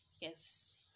Yes